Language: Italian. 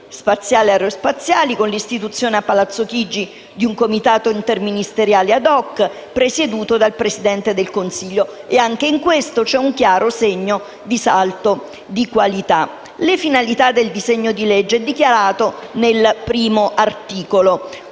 spaziali e aerospaziali con l'istituzione a Palazzo Chigi di un Comitato interministeriale *ad hoc*, presieduto dal Presidente del Consiglio; anche in questo c'è un chiaro salto di qualità. La finalità del disegno di legge è dichiarata nel primo articolo,